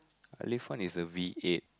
Alif one is a V eight